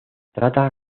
trata